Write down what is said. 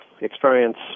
experience